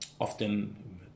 Often